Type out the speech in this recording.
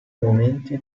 momenti